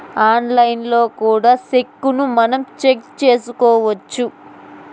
ఆన్లైన్లో కూడా సెక్కును మనం చెక్ చేసుకోవచ్చు